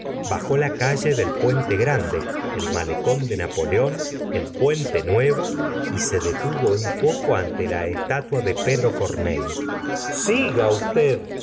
bajó la calle del puente grande el malecón de napoleón el puente nuevo y se detuvo un poco ante la estatua de pedro corneille siga usted